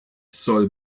soll